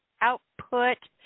output